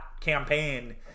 campaign